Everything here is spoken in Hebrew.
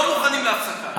לא מוכנים להפסקה.